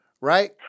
right